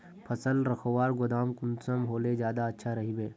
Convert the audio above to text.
फसल रखवार गोदाम कुंसम होले ज्यादा अच्छा रहिबे?